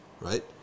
Right